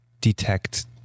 detect